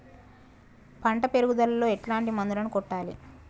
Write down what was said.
పంట పెరుగుదలలో ఎట్లాంటి మందులను కొట్టాలి?